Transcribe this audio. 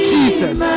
Jesus